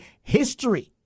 history